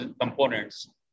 components